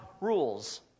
rules